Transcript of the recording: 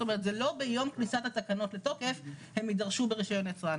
זאת אומרת: זה לא ביום כניסת התקנות לתוקף שהם יידרשו ברישיון יצרן.